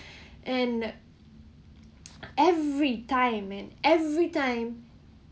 and uh every time man every time